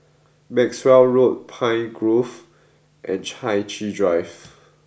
Maxwell Road Pine Grove and Chai Chee Drive